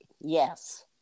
Yes